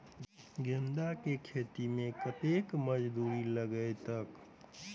गेंदा केँ खेती मे कतेक मजदूरी लगतैक?